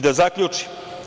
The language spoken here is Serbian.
Da zaključim.